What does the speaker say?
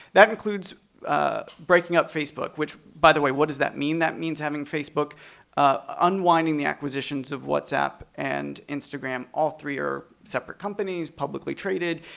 that includes breaking up facebook. which, by the way, what does that mean? that means having facebook unwinding the acquisitions of what's app and instagram, all three are separate companies, publicly traded,